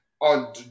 on